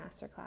Masterclass